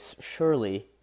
surely